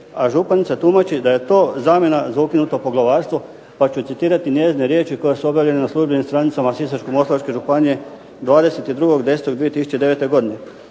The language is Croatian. a županica tumači da je to zamjena za ukinuto poglavarstvo pa ću citirati njezine riječi koje su objavljene na službenim stranicama Sisačko-moslavačke županije, 22.10.2009. godine.